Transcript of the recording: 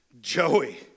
Joey